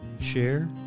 share